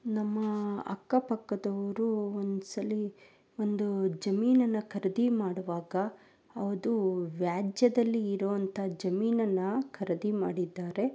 ನಮ್ಮ ಅಕ್ಕಪಕ್ಕದವರು ಒಂದು ಸಲ ಒಂದು ಜಮೀನನ್ನು ಖರೀದಿ ಮಾಡುವಾಗ ಅದು ವ್ಯಾಜ್ಯದಲ್ಲಿ ಇರೋಂಥ ಜಮೀನನ್ನು ಖರೀದಿ ಮಾಡಿದ್ದಾರೆ